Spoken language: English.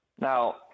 Now